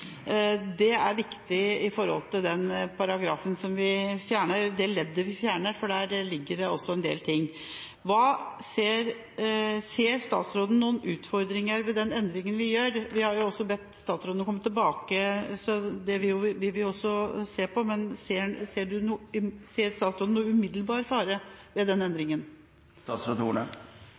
Det er viktig med tanke på det leddet vi fjerner, for der ligger en del ting. Ser statsråden noen utfordringer ved den endringen vi gjør? Vi har bedt statsråden komme tilbake til dette, men ser statsråden noen umiddelbar fare ved den